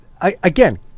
again